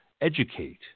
educate